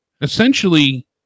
Essentially